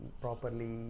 properly